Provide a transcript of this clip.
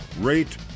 rate